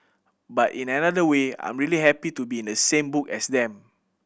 but in another way I'm really happy to be in the same book as them